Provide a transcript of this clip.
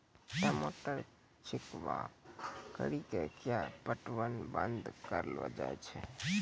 टमाटर छिड़काव कड़ी क्या पटवन बंद करऽ लो जाए?